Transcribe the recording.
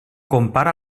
compara